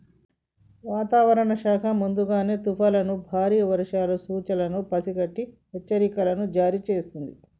వాతావరణ శాఖ ముందుగానే తుఫానులను బారి వర్షపాత సూచనలను పసిగట్టి హెచ్చరికలను జారీ చేస్తుంది